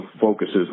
focuses